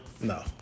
No